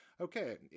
okay